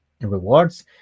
rewards